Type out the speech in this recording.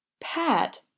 pat